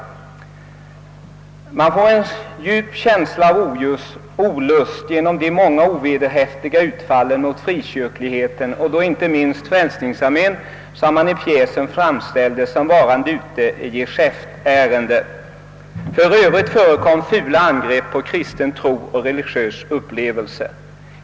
Man får en djup känsla av olust genom de många ovederhäftiga utfallen mot frikyrkligheten och då inte minst mot Frälsningsarmén, som man i pjäsen framställde såsom varande ute i geschäftärende. För övrigt förekom fula angrepp på kristen tro och religiös upplevelse.